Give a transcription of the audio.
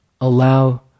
allow